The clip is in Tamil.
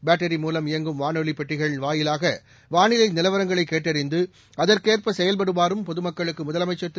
பேட்டரி மூலம் இயங்கும் வானொலிபெட்டிகள் வாயிலாக வானிலைநிலவரங்களைகேட்டறிந்து அதற்கேற்பசெயல்படுமாறும் பொதுமக்களுக்குமுதலமைச்சர் திரு